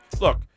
look